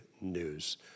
news